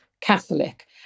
Catholic